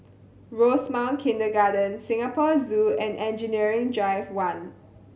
Rosemount Kindergarten Singapore Zoo and Engineering Drive One